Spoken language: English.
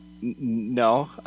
No